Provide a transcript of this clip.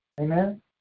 Amen